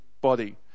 body